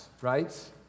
right